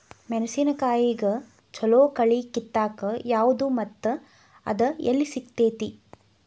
ಮೆಣಸಿನಕಾಯಿಗ ಛಲೋ ಕಳಿ ಕಿತ್ತಾಕ್ ಯಾವ್ದು ಮತ್ತ ಅದ ಎಲ್ಲಿ ಸಿಗ್ತೆತಿ?